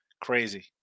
crazy